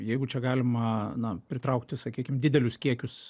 jeigu čia galima na pritraukti sakykim didelius kiekius